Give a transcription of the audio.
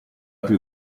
più